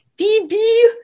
DB